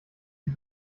die